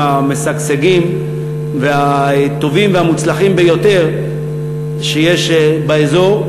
המשגשגים והטובים והמוצלחים ביותר שיש באזור,